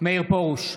מאיר פרוש,